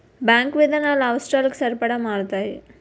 bank విధానాలు అవసరాలకి సరిపడా మారతాయి